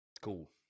cool